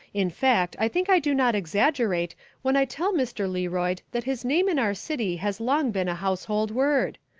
in fact i think i do not exaggerate when i tell mr. learoyd that his name in our city has long been a household word.